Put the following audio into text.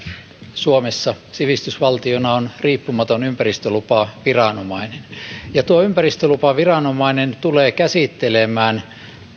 suomessa sivistysvaltiona on riippumaton ympäristölupaviranomainen tuo ympäristölupaviranomainen tulee käsittelemään